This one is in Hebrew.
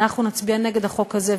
אנחנו נצביע נגד החוק הזה,